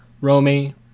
Romy